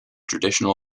traditional